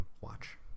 watch